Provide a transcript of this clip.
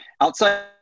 outside